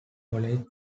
college